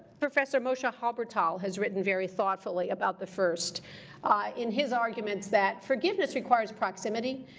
professor moshe halbertal has written very thoughtfully about the first in his arguments that forgiveness requires proximity.